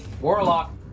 Warlock